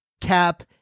Cap